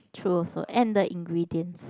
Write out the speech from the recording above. true also and the ingredients